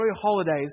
holidays